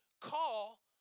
call